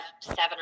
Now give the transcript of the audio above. seven